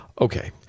Okay